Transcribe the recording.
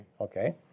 Okay